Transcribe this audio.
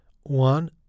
one